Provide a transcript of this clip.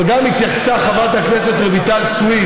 וגם התייחסה חברת הכנסת רויטל סויד